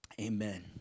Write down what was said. Amen